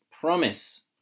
promise